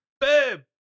Babe